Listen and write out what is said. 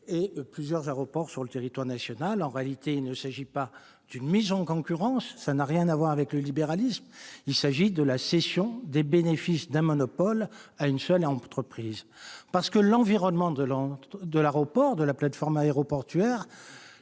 et plusieurs aéroports sur le territoire national ? En réalité, il s'agit non pas d'une mise en concurrence- cela n'a rien à voir avec le libéralisme -, mais de la cession des bénéfices d'un monopole à une seule entreprise. L'environnement de la plateforme aéroportuaire,